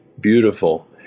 beautiful